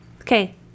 okay